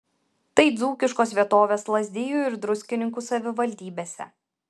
tai dzūkiškos vietovės lazdijų ir druskininkų savivaldybėse